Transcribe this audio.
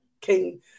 King